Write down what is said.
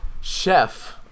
Chef